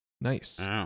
nice